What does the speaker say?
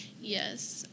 Yes